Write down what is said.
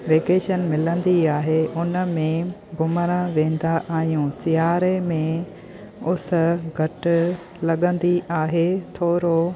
vacation मिलंदी आहे उन में घुमणु वेंदा आहियूं सिआरे में उस घटि लॻंदी आहे थोरो